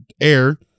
air